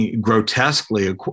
grotesquely